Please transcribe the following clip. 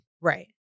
right